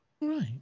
Right